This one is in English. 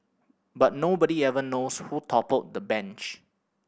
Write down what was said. but nobody ever knows who toppled the bench